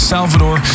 Salvador